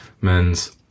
men's